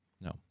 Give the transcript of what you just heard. No